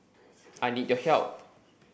I need your help